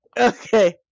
okay